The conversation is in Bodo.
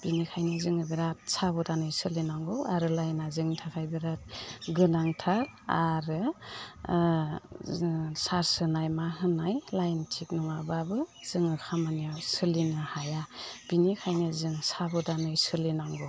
बिनिखायनो जोङो बेराद साबदानै सोलिनांगौ आरो लाइना जोंनि थाखाय बेराद गोनांथार आरो चार्स होनाय मा होनाय लाइन थिग नङाब्लाबो जोङो खामानियाव सोलिनो हाया बिनिखायनो जों साबोदानै सोलिनांगौ